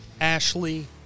Ashley